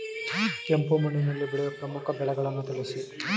ಕೆಂಪು ಮಣ್ಣಿನಲ್ಲಿ ಬೆಳೆಯುವ ಪ್ರಮುಖ ಬೆಳೆಗಳನ್ನು ತಿಳಿಸಿ?